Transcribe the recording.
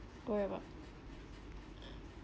worry about